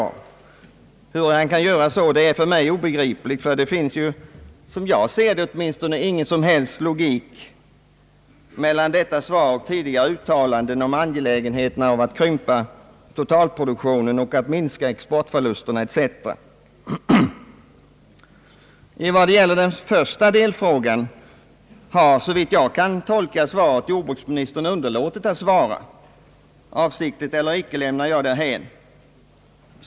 Hur han kan göra så är för mig obegripligt — det finns ju ingen som helst logik i detta svar med tanke på tidigare uttalanden om angelägenheten av att krympa totalproduktionen, att minska exportförlusten etc. I vad det gäller den första frågan har såvitt jag kan tolka svaret jordbruksministern underlåtit att svara — om det är avsiktligt eller icke lämnar jag därhän.